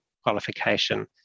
Qualification